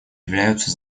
являются